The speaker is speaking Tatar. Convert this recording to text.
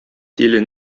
тиле